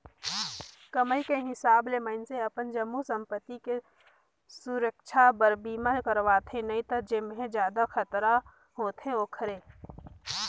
कमाई के हिसाब ले मइनसे अपन सब्बो संपति के सुरक्छा बर बीमा करवाथें नई त जेम्हे जादा खतरा होथे ओखरे